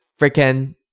freaking